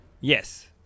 Yes